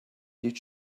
did